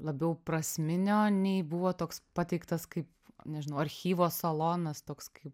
labiau prasminio nei buvo toks pateiktas kaip nežinau archyvo salonas toks kaip